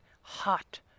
hot